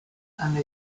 and